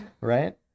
right